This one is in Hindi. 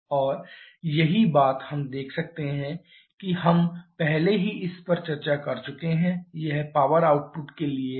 और यही बात हम देख सकते हैं कि हम पहले ही इस पर चर्चा कर चुके हैं यह पावर आउटपुट के लिए है